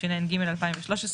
התשע"ג 2013,